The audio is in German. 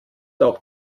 auch